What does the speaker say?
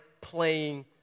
playing